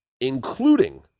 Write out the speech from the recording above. including